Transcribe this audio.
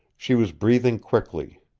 she was breathing quickly.